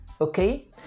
Okay